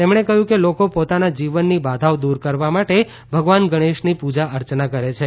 તેમણે કહયું કે લોકો પોતાના જીવનની બાધાઓ દુર કરવા માટે ભગવાન ગણેશની પુર્જા અર્ચના કરે છે